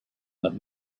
that